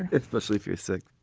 especially if you're sick.